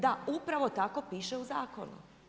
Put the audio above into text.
Da, upravo tako piše u zakonu.